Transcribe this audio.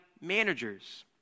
managers